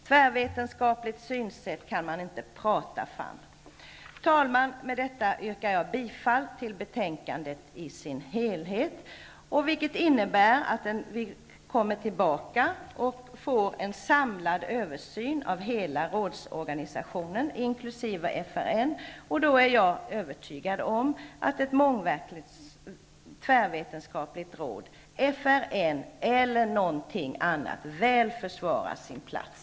Tvärvetenskapligt synsätt kan man inte prata fram. Herr talman! Jag yrkar bifall till utskottets hemställan i dess helhet, vilket innebär att vi återkommer och då får en samlad översyn av hela rådsorganisationen inkl. FRN. Då är jag övertygad om att ett mångvetenskapligt eller tvärvetenskapligt råd, FRN eller någon annan, väl försvarar sin plats.